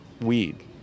weed